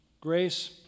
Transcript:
grace